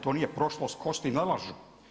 To nije prošlost, kosti ne lažu.